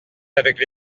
avec